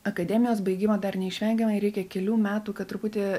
akademijos baigimo dar neišvengiamai reikia kelių metų kad truputį